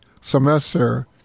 semester